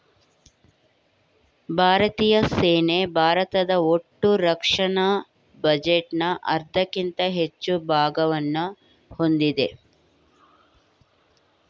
ಭಾರತೀಯ ಸೇನೆ ಭಾರತದ ಒಟ್ಟುರಕ್ಷಣಾ ಬಜೆಟ್ನ ಅರ್ಧಕ್ಕಿಂತ ಹೆಚ್ಚು ಭಾಗವನ್ನ ಹೊಂದಿದೆ